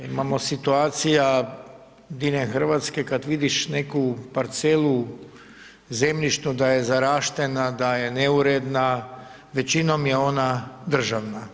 Imamo situacija diljem Hrvatske, kad vidiš neku parcelu zemljišnu da je zaraštena, da je neuredna, većinom je ona državna.